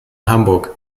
hamburg